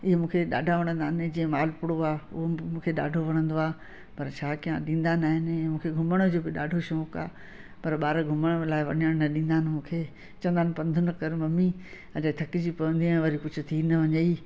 ईअं मूंखे ॾाढा वणंदा आहे जीअं मालपुड़ो आहे उहो बि मूंखे ॾाढो वणंदो आहे पर छा कया ॾींदा न आहिनि मूंखे घुमण जो बि ॾाढो शौंकु आहे पर ॿार घुमण लाइ वञण न ॾींदा आहिनि मूंखे चवंदा आहिनि पंधि न कर मम्मी अजे थकजी पवंदीअ वरी कुझु थी न वञे ई